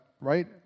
right